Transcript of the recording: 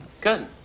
Good